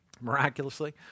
miraculously